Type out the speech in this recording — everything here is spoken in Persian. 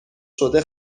شده